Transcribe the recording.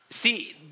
See